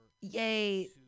Yay